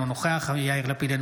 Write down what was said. אינו נוכח יאיר לפיד,